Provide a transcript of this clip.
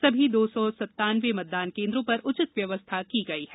सभी दो सौ संत्तानवे मतदानकेन्द्रों पर उचित व्यवस्था की गई है